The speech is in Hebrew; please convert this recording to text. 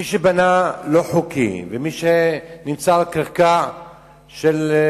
מי שבנה לא חוקי, ומי שנמצא על קרקע ירוקה,